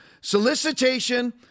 Solicitation